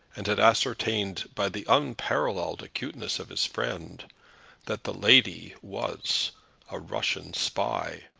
and had ascertained by the unparalleled acuteness of his friend that the lady was a russian spy.